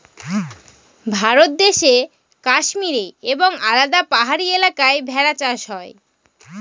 ভারত দেশে কাশ্মীরে এবং আলাদা পাহাড়ি এলাকায় ভেড়া চাষ হয়